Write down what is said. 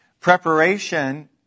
Preparation